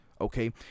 okay